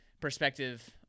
perspective